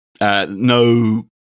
No